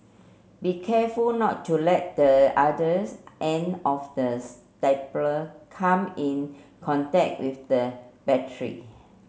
be careful not to let the others end of the staple come in contact with the battery